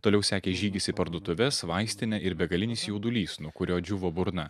toliau sekė žygis į parduotuves vaistinę ir begalinis jaudulys nuo kurio džiūvo burna